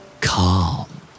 Calm